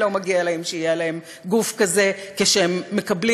לא מגיע להם שיהיה עליהם גוף כזה כשהם מקבלים